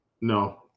No